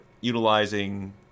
utilizing